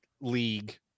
league